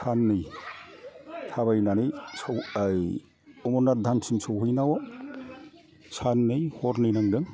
साननै थाबायनानै सौ ओइ अमरनाथ धामसिम सौहैनायाव साननै हरनै नांदों